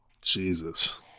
Jesus